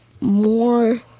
more